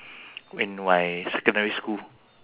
bio bio